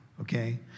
okay